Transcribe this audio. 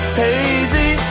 hazy